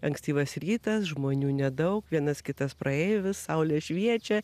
ankstyvas rytas žmonių nedaug vienas kitas praeivis saulė šviečia